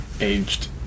aged